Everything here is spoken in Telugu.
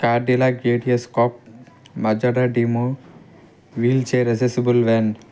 Cadillac Datascope Mazda Demio wheelchair accessible van